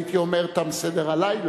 הייתי אומר תם סדר-הלילה.